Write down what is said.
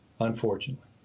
unfortunately